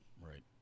Right